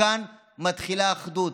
מכאן מתחילה אחדות.